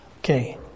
Okay